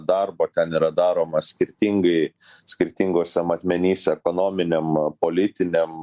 darbo ten yra daroma skirtingai skirtinguose matmenyse ekonominiam politiniam